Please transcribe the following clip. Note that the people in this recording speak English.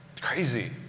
Crazy